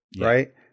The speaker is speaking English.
right